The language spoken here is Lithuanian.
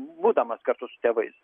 būdamas kartu su tėvais